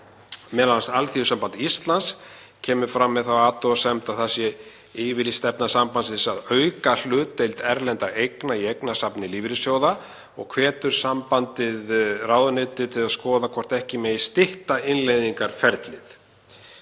Alþýðusamband Íslands kemur fram með þá athugasemd að það sé yfirlýst stefna sambandsins að auka hlutdeild erlendra eigna í eignasafni lífeyrissjóða og hvetur sambandið ráðuneytið til að skoða hvort ekki megi stytta innleiðingarferlið.